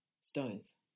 stones